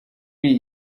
lee